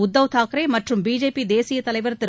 உத்தவ் தாக்கரே மற்றும் பிஜேபி தேசியத் தலைவர் திரு